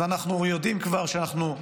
אנחנו יודעים כבר שאנחנו,